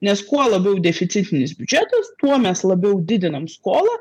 nes kuo labiau deficitinis biudžetas tuo mes labiau didinam skolą